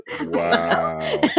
Wow